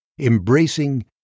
Embracing